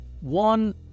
One